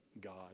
God